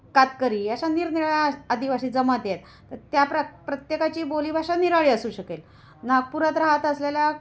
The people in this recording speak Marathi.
कातकरी अशा निरनिराळ्या आदिवासी जमाती आहेत तर त्या प्र प्रत्येकाची बोलीभाषा निराळी असू शकेल नागपुरात राहत असलेल्या